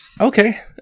Okay